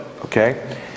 okay